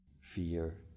fear